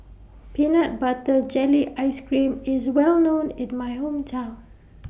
Peanut Butter Jelly Ice Cream IS Well known in My Hometown